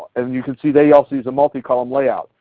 and and you can see they also use a multi-column layout.